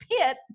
pit